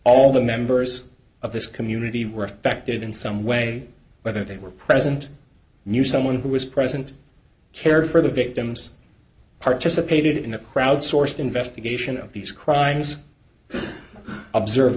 all the members of this community were affected in some way whether they were present knew someone who was present cared for the victims participated in a crowd sourced investigation of these crimes observe